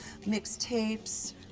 mixtapes